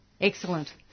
excellent